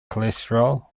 cholesterol